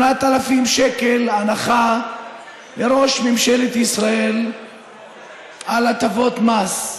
8,000 שקל הנחה לראש ממשלת ישראל על הטבות מס,